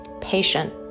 patient